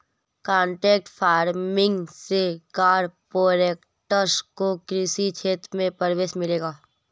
contract farming से corporates को कृषि क्षेत्र में प्रवेश मिलेगा